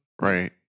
Right